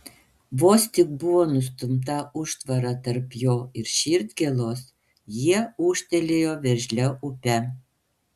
vos tik buvo nustumta užtvara tarp jo ir širdgėlos jie ūžtelėjo veržlia upe